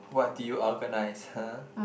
what do you organise huh